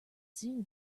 zoo